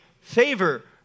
favor